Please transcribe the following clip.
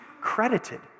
credited